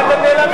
אתם נעלמים.